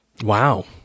Wow